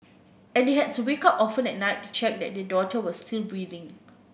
and they had to wake up often at night to check that their daughter was still breathing